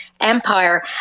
empire